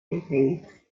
campaign